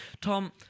Tom